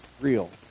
real